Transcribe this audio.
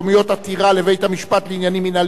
(עתירה לבית-משפט לעניינים מינהליים),